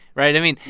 right? i mean,